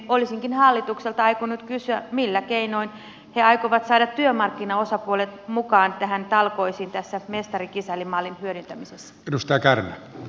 olisinkin hallitukselta aikonut kysyä millä keinoin he aikovat saada työmarkkinaosapuolet mukaan talkoisiin tässä mestarikisälli mallin hyödyntämisessä